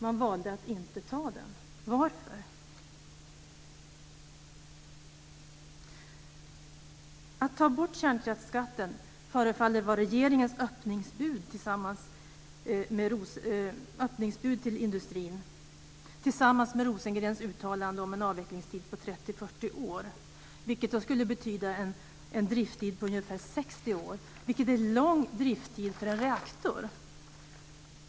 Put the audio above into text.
De valde att inte ta den. Varför? Att ta bort kärnkraftsskatten förefaller vara regeringens öppningsbud till industrin tillsammans med Rosengrens uttalande om en avvecklingstid på 30-40 år. Det skulle betyda en drifttid på ungefär 60 år. Det är en lång drifttid för en reaktor.